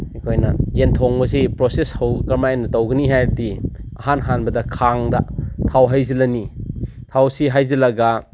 ꯑꯩꯈꯣꯏꯅ ꯌꯦꯟꯊꯣꯡꯕꯁꯤ ꯄ꯭ꯔꯣꯁꯦꯁ ꯍꯧ ꯀꯔꯝꯃꯥꯏꯅ ꯇꯧꯒꯅꯤ ꯍꯥꯏꯔꯗꯤ ꯏꯍꯥꯟ ꯍꯥꯟꯕꯗ ꯈꯥꯡꯗ ꯊꯥꯎ ꯍꯩꯖꯤꯜꯂꯅꯤ ꯊꯥꯎꯁꯤ ꯍꯩꯖꯤꯜꯂꯒ